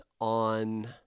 on